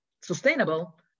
sustainable